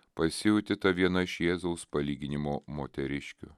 pasijauti ta viena iš jėzaus palyginimo moteriškių